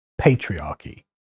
Patriarchy